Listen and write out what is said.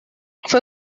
fue